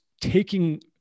taking